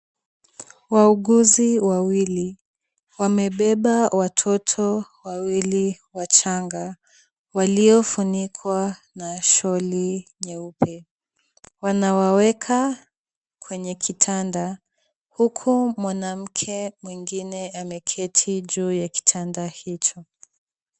Wauguzi wawili wamebeba watoto wawili wachanga, waliofunikwa na sholi nyeupe. Wanawaweka kwenye kitanda huku mwanamke mwingine ameketi juu ya kitanda hicho.